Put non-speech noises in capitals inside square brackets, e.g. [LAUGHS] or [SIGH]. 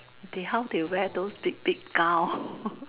they how they wear those big big gown [LAUGHS]